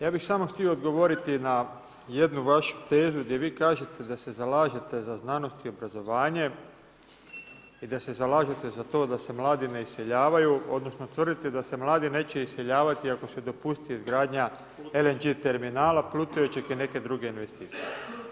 Ja bi samo htio odgovoriti na jednu vašu tezu, gdje vi kažete da se zalažete za znanost i obrazovanje i da se zalažete za to da se mladi ne iseljavaju, odnosno, tvrdite da se mladi neće iseljavati, ako se dopusti izgradnja LNG terminala, plutajućeg i neke druge investicije.